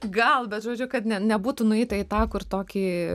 gal bet žodžių kad nebūtų nueita į tą kur tokį